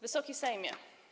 Wysoki Sejmie!